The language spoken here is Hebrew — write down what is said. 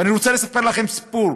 ואני רוצה לספר לכם סיפור